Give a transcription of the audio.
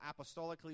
apostolically